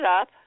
up